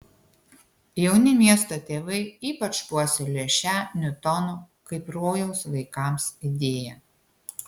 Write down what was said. jauni miesto tėvai ypač puoselėjo šią niutono kaip rojaus vaikams idėją